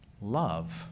love